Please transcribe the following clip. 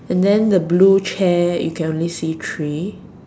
and then the blue chair you can only see three